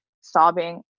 sobbing